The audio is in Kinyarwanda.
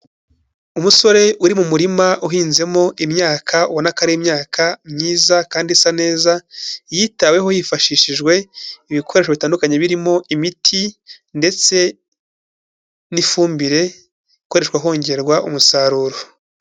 Umusore uri mu murima uhinzemo imyaka, ubona ko ari imyaka myiza kandi isa neza, yitaweho hifashishijwe ibikoresho bitandukanye birimo imiti, ndetse n'ifumbire ikoreshwa hongerwa umusaruro.